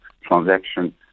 transaction